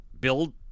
build